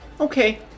Okay